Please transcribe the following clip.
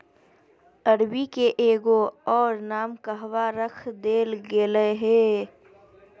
अरबी के एगो और नाम कहवा रख देल गेलय हें